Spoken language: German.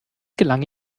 gelang